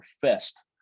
fest